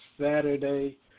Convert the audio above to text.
Saturday